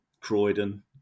Croydon